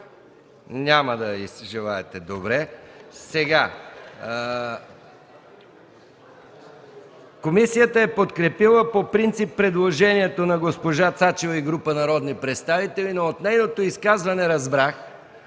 (Шум и реплики.) Комисията е подкрепила по принцип предложението на госпожа Цачева и група народни представители, но от нейното изказване разбрах,